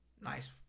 Nice